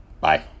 bye